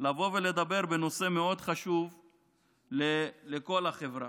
לבוא ולדבר בנושא מאוד חשוב לכל החברה.